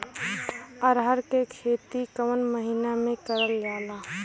अरहर क खेती कवन महिना मे करल जाला?